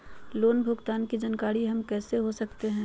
Loan भुगतान की जानकारी हम कैसे हो सकते हैं?